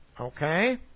Okay